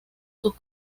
sus